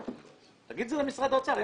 תגיד את זה למשרד האוצר.